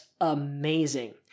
amazing